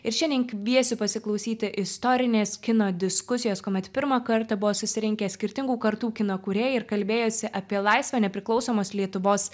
ir šiandien kviesiu pasiklausyti istorinės kino diskusijos kuomet pirmą kartą buvo susirinkę skirtingų kartų kino kūrėjai ir kalbėjosi apie laisvą nepriklausomos lietuvos